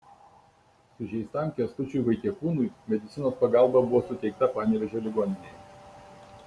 sužeistam kęstučiui vaitiekūnui medicinos pagalba buvo suteikta panevėžio ligoninėje